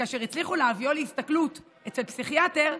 וכאשר הצליחו להביאו להסתכלות אצל פסיכיאטר,